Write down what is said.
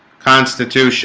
constitution